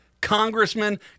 congressman